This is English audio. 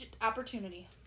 opportunity